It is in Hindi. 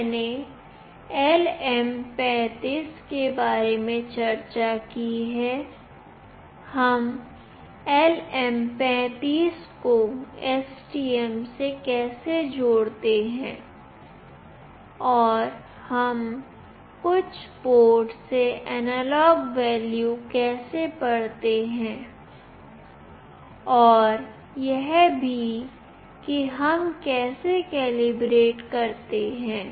मैंने LM35 के बारे में चर्चा की है हम LM35 को STM से कैसे जोड़ते हैं और हम कुछ पोर्ट से एनालॉग वैल्यू कैसे पढ़ते हैं और यह भी कि हम कैसे कैलिब्रेट करते हैं